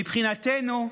מבחינתנו,